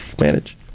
Manage